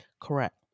Correct